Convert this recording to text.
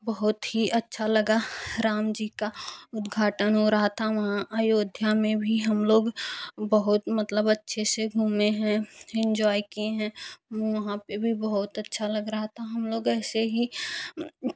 बहुत ही अच्छा लगा राम जी का उद्घाटन हो रहा था वहाँ अयोध्या में भी हम लोग बहुत मतलब अच्छे से घूमें हैं एन्जॉय किए हैं वो वहाँ पे भी बहुत अच्छा लग रहा था हम लोग ऐसे ही